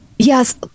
Yes